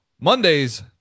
Mondays